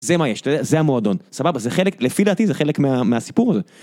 זה מה יש, זה המועדון, סבבה? זה חלק, לפי דעתי זה חלק מהסיפור הזה.